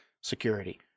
security